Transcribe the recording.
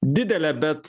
didelė bet